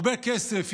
הרבה כסף,